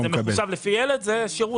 אם זה מחושב לפי ילד, זה שירות.